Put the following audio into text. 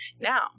Now